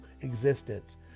existence